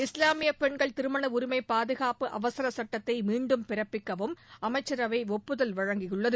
இஸ்லாமியப் பெண்கள் திருமண உரிமை பாதுகாப்பு அவசர சட்டத்தை மீண்டும் பிறப்பிக்கவும் அமைச்சரவை ஒப்புதல் அளித்துள்ளது